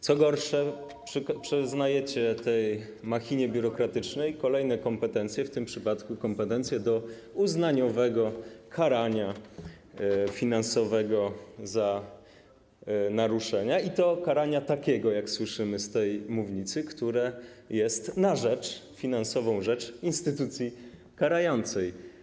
Co gorsze, przyznajecie tej machinie biurokratycznej kolejne kompetencje, w tym przypadku kompetencje do uznaniowego karania finansowego za naruszenia, i to karania takiego, jak słyszymy z tej mównicy, które jest na rzecz - chodzi o finanse - instytucji karającej.